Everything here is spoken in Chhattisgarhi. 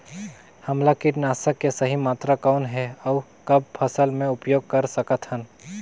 हमला कीटनाशक के सही मात्रा कौन हे अउ कब फसल मे उपयोग कर सकत हन?